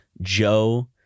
Joe